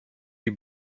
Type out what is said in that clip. die